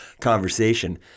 conversation